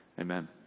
Amen